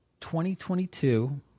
2022